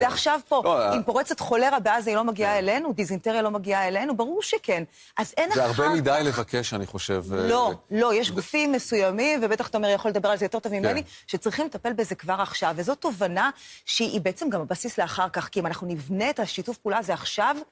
ועכשיו פה, אם פורצת חולירע בעזה היא לא מגיעה אלינו? דיזינטריה לא מגיעה אלינו? ברור שכן. אז אין אחר כך... זה הרבה מדי לבקש, אני חושב. לא, לא, יש גופים מסוימים, ובטח תומר יכול לדבר על זה יותר טוב ממני, שצריכים לטפל בזה כבר עכשיו. וזאת תובנה שהיא בעצם גם הבסיס לאחר כך, כי אם אנחנו נבנה את השיתוף פעולה הזה עכשיו...